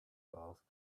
asked